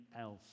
else